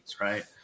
right